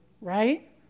right